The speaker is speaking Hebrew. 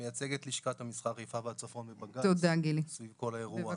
אני מייצג את לשכת המסחר חיפה והצפון בבג"צ סביב כל האירוע.